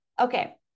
Okay